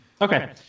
Okay